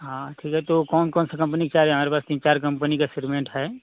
हाँ ठीक है तो कौन कौन सा कंपनी का चाह रहें हमारे पास तीन चार कंपनी का सीमेंट है